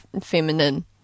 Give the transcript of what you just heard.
feminine